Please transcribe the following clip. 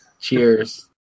Cheers